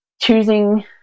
choosing